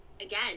again